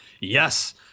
Yes